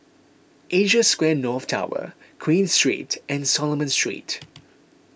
Asia Square North Tower Queen Street and Solomon Street